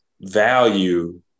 value